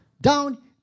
down